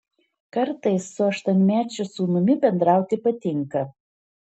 kartais su aštuonmečiu sūnumi bendrauti patinka